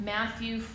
Matthew